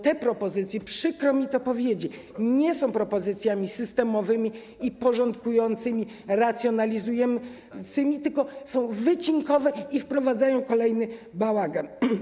Te propozycje - przykro mi to powiedzieć - nie są propozycjami systemowymi i porządkującymi, racjonalizującymi, tylko są wycinkowe i wprowadzają kolejny bałagan.